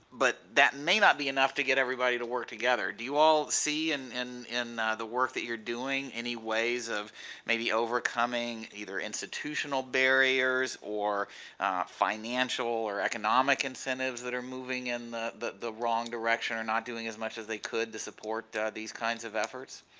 but that may not be enough to get everybody to work together do you all see and in in the work that you're doing any ways of maybe overcoming either institutional barriers or financial or economic incentives that are moving in the the wrong direction or not doing as much as they could to support these kinds of efforts?